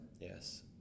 Yes